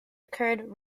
occurred